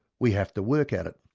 we have to work at it.